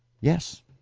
Yes